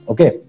Okay